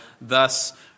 thus